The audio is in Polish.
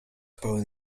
pełen